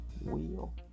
wheel